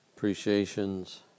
appreciations